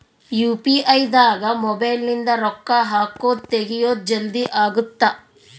UPI ದಾಗ mobile ನಿಂದ ರೊಕ್ಕ ಹಕೊದ್ ತೆಗಿಯೊದ್ ಜಲ್ದೀ ಅಗುತ್ತ